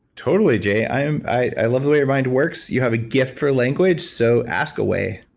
totally, jay. i um i love the way your mind works. you have a gift for language so ask away.